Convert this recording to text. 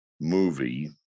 movie